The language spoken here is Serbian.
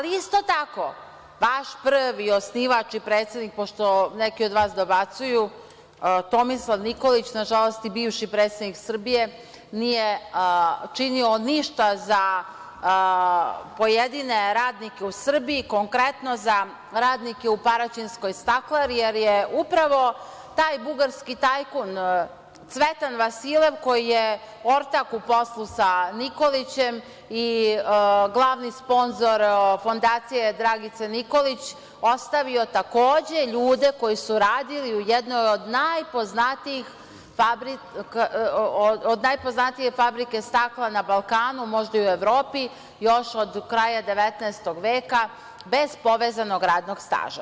Isto tako, vaš prvi osnivač i predsednik, pošto neki od vas dobacuju, Tomislav Nikolić, nažalost i bivši predsednik Srbije, nije činio ništa za pojedine radnike u Srbiji, konkretno za radnike u Paraćinskoj staklari, jer je upravo taj bugarski tajkun Cvetan Vasilev, koji je ortak u poslu sa Nikolićem i glavni sponzor Fondacije Dragice Nikolić, ostavio takođe ljude, koji su radili u najpoznatijoj fabricci stakla na Balkanu, možda i u Evropi još od kraja XIX veka, bez povezanog radnog staža.